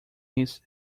its